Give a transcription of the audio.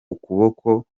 ukuboko